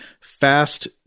fast